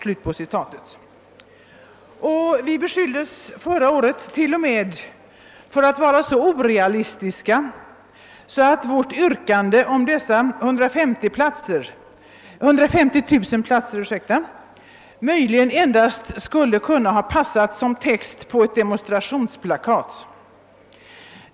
Vi beskylldes förra året till och med för att vara så orealistiska, att vårt yrkande om dessa 150 000 platser möjligen skulle ha kunnat passa som text på ett demonstrationsplakat.